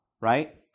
right